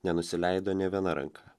nenusileido nė viena ranka